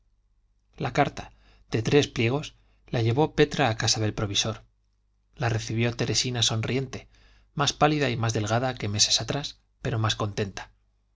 la carta de tres pliegos la llevó petra a casa del provisor la recibió teresina sonriente más pálida y más delgada que meses atrás pero más contenta